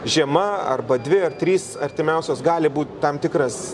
žiema arba dvi ar trys artimiausios gali būt tam tikras